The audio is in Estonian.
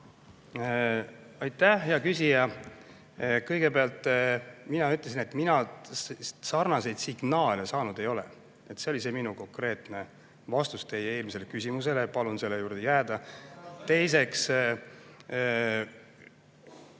Aitäh, hea küsija! Kõigepealt, mina ütlesin, et mina sarnaseid signaale saanud ei ole. See oli minu konkreetne vastus teie eelmisele küsimusele. Palun selle juurde jääda. Teiseks,